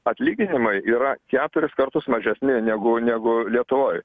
atlyginimai yra keturis kartus mažesni negu negu lietuvoj